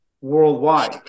worldwide